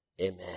Amen